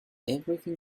everything